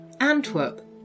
Antwerp